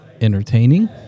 entertaining